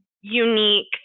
unique